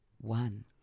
one